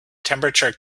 temperature